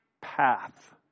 path